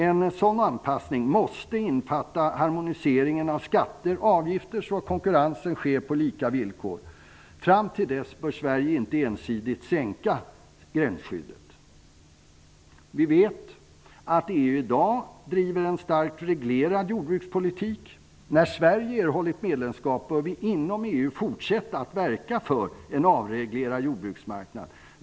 En sådan anpassning måste innefatta harmoniseringen av skatter och avgifter så att konkurrensen sker på lika villkor. Fram till dess bör Sverige inte ensidigt sänka gränsskyddet. EU bedriver i dag en starkt reglerad jordbrukspolitik. När Sverige erhållit medlemskap bör vi fortsätta att verka för en avreglerad jordbruksmarknad inom EU.